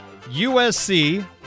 USC